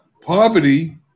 poverty